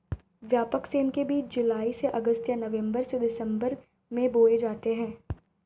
व्यापक सेम के बीज जुलाई से अगस्त या नवंबर से दिसंबर में बोए जाते हैं